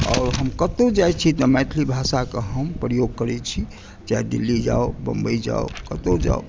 आओर हम कतहुँ जाइत छी तऽ मैथिली भाषाके हम प्रयोग करै छी चाहे दिल्ली जाउ बम्बई जाउ कतहुँ जाउ